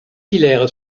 hilaire